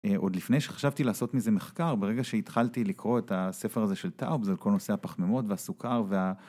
עוד לפני שחשבתי לעשות מזה מחקר, ברגע שהתחלתי לקרוא את הספר הזה של טאובס על כל נושא הפחמימות והסוכר וה...